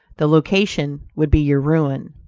the location would be your ruin.